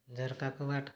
ଝରକା କବାଟ